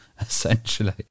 essentially